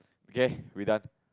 okay we done